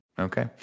Okay